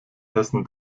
hessen